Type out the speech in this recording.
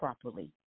properly